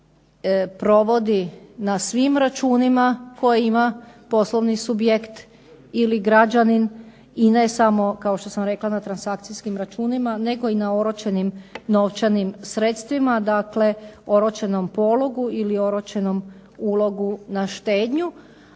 na svim računima kojima poslovni subjekt ili građanin i ne samo kao što sam rekla na transakcijskim računima, nego i na oročenim novčanim sredstvima, dakle oročenom pologu ili oročenom ulogu na štednju,